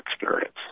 experience